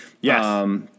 Yes